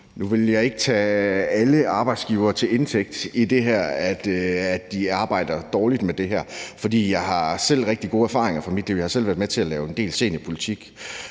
Nu vil jeg ikke tage alle arbejdsgivere til indtægt for, at de arbejder dårligt med det her. For jeg har selv rigtig gode erfaringer fra mit liv. Jeg har selv været med til at lave en del seniorpolitik.